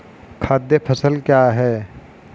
खाद्य फसल क्या है?